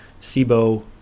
SIBO